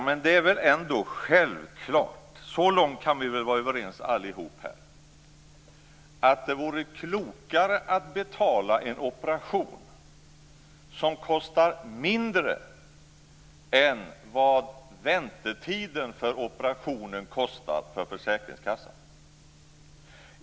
Fru talman! Vi kan väl allihop vara överens om att det självklart vore klokare att betala för en operation som kostar mindre än vad väntetiden för operationen kostar för försäkringskassan.